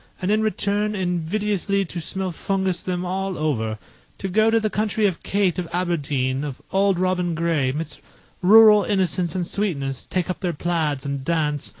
and in return invidiously to smellfungus them all over to go to the country of kate of aberdeen, of auld robin gray, midst rural innocence and sweetness, take up their plaids, and dance.